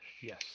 Yes